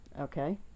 okay